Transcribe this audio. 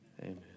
Amen